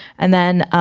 and then